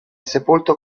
sepolto